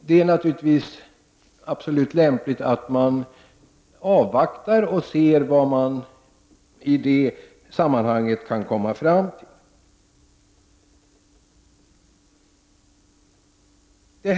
Det är naturligtvis mycket lämpligt att avvakta och se vad man i det sammanhanget kan komma fram till.